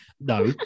No